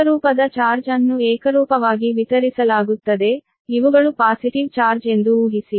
ಏಕರೂಪದ ಚಾರ್ಜ್ ಅನ್ನು ಏಕರೂಪವಾಗಿ ವಿತರಿಸಲಾಗುತ್ತದೆ ಇವುಗಳು ಪಾಸಿಟಿವ್ ಚಾರ್ಜ್ ಎಂದು ಊಹಿಸಿ